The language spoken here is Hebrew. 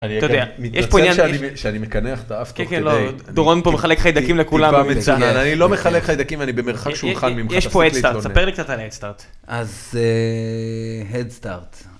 אתה יודע, יש פה עניין של... אני מתנצל שאני מקנח את האף תוך כדי... כן, כן, לא, דורון פה מחלק חיידקים לכולם... אני טיפה מצונן, אני לא מחלק חיידקים אני במרחק שולחן ממך יש פה הד סטארט ספר לי קצת על ההד סטארט. אז אה... הד סטארט...